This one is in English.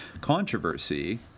controversy